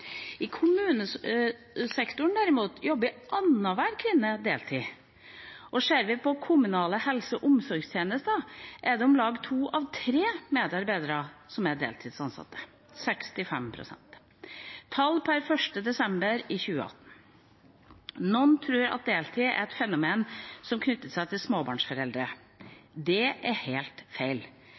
I kommunesektoren derimot jobber annenhver kvinne deltid, og ser vi på kommunale helse- og omsorgstjenester, er det om lag to av tre medarbeidere som er deltidsansatte – 65 pst. – ifølge tall per 1. desember 2018. Noen tror at deltid er et fenomen som knytter seg til småbarnsforeldre. Det er helt feil.